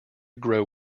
grow